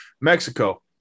Mexico